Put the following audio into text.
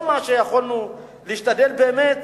כל מה שיכולנו להשתדל באמת,